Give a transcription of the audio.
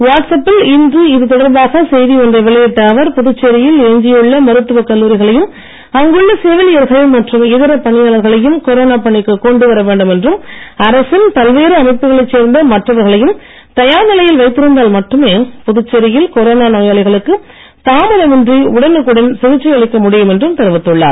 வாட்ஸ்அப்பில் இன்று இது தொடர்பாக செய்தி ஒன்றை வெளியிட்ட அவர் புதுச்சேரியில் எஞ்சியுள்ள மருத்துவக் கல்லூரிகளையும் அங்குள்ள செவிலியர்கள் மற்றும் இதர பணியாளர்களையும் கொரோனா பணிக்கு கொண்டு வர வேண்டும் என்றும் அரசின் பல்வேறு அமைப்புகளைச் சேர்ந்த மற்றவர்களையும் தயார் நிலையில் வைத்திருந்தால் மட்டுமே புதுச்சேரியில் கொரோனா நோயாளிகளுக்கு தாமதமின்றி உடனுக்குடன் சிகிச்சை அளிக்க முடியும் என்றும் தெரிவித்துள்ளார்